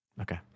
okay